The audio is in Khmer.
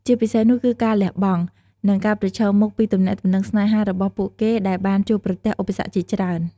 ជាពិសេសនោះគឺការលះបង់ និងការប្រឈមមុខពីទំនាក់ទំនងស្នេហារបស់ពួកគេដែលបានជួបប្រទះឧបសគ្គជាច្រើន ។